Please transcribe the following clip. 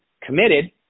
committed